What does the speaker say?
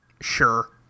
Sure